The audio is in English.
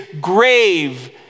grave